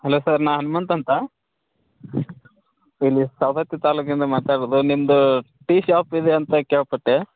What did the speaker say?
hello sir ನಾನು ಹನುಮಂತ ಅಂತ ಇಲ್ಲಿ ಸವದತ್ತಿ ತಾಲೂಕಿಂದ ಮಾತಾಡುವುದು ನಿಮ್ದು ಟೀ ಶಾಪ್ ಇದೆ ಅಂತ ಕೇಳಿಪಟ್ಟೆ